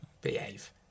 behave